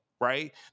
right